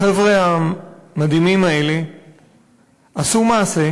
החבר'ה המדהימים האלה עשו מעשה,